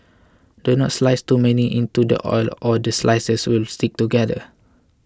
do not slice too many into the oil or the slices will stick together